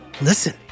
Listen